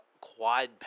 quad